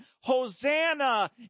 Hosanna